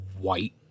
white